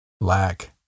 Lack